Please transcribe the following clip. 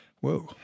Whoa